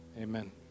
amen